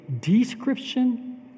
description